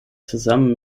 zusammen